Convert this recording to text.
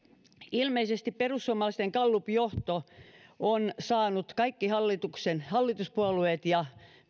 ilmeisesti perussuomalaisten gallupjohto on saanut kaikki hallituksen hallituspuolueet ja